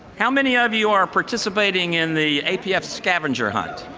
how many ah of you are participatinging in the apf scavenger hunt?